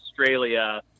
australia